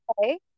okay